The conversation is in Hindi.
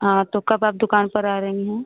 हाँ तो कब आप दुकान पर आ रही हैं